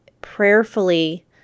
prayerfully